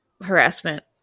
harassment